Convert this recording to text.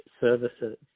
services